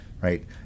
right